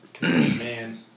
Man